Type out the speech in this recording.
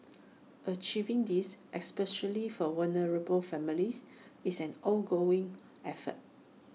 achieving this especially for vulnerable families is an ongoing effort